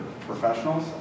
professionals